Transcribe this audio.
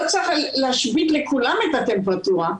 לא צריך להשבית לכולם את הטמפרטורה,